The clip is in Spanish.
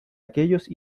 aquellos